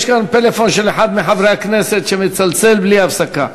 יש כאן פלאפון של אחד מחברי הכנסת שמצלצל בלי הפסקה.